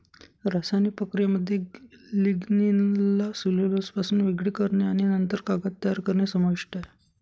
रासायनिक प्रक्रियेमध्ये लिग्निनला सेल्युलोजपासून वेगळे करणे आणि नंतर कागद तयार करणे समाविष्ट आहे